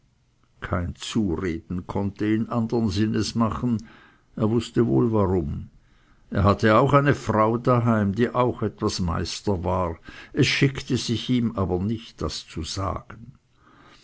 kein zureden konnte ihn andern sinnes machen er wußte wohl warum er hatte auch eine frau daheim die etwas meister war es schickte sich ihm aber nicht das zu sagen